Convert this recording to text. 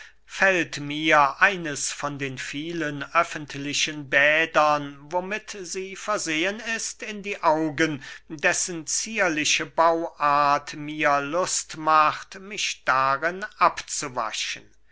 fällt mir eines von den vielen öffentlichen bädern womit sie versehen ist in die augen dessen zierliche bauart mir lust macht mich darin abzuwaschen